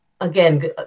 again